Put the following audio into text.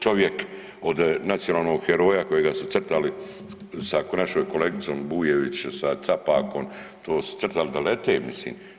Čovjek od nacionalnog heroja kojega su crtali sa našom kolegicom Bujević, sa Capakom to su crtali da lete mislim.